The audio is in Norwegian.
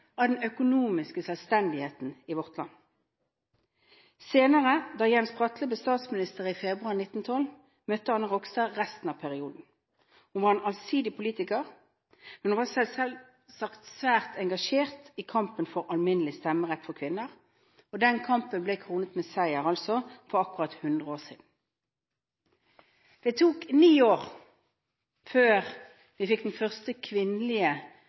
av den økonomiske selvstendigheten i vårt land. Senere, da Jens Bratlie ble statsminister i februar 1912, møtte Anna Rogstad resten av perioden. Hun var en allsidig politiker, men hun var selvsagt svært engasjert i kampen for alminnelig stemmerett for kvinner. Den kampen ble kronet med seier for akkurat 100 år siden. Det tok ni år før vi fikk den første faste kvinnelige